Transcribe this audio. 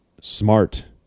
smart